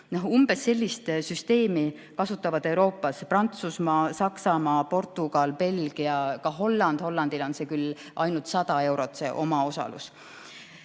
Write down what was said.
Umbes sellist süsteemi kasutavad Euroopas Prantsusmaa, Saksamaa, Portugal, Belgia ja ka Holland. Hollandil on omaosalus küll ainult 100 eurot. [Kolmas võimalus]